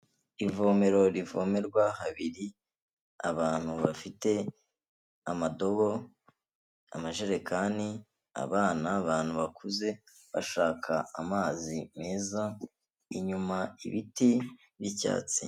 Ivomero rivomerwa habiri abantu bafite amadobo, amajerekani, abana, abantu bakuze bashaka amazi meza, inyuma ibiti by'icyatsi.